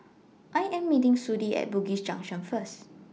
I Am meeting Sudie At Bugis Junction First